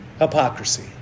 Hypocrisy